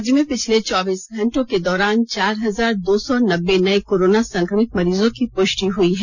राज्य में पिछले चौबीस घंटों के दौरान चार हजार दो सौ नब्बे नये कोरोना संक्रमित मरीजों की पुष्टि हुई है